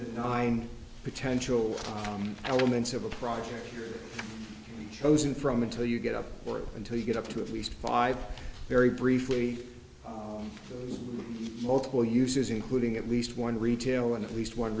a potential elements of a project chosen from until you get up or until you get up to at least five very briefly multiple uses including at least one retail and at least one